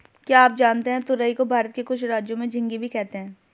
क्या आप जानते है तुरई को भारत के कुछ राज्यों में झिंग्गी भी कहते है?